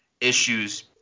issues